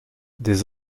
des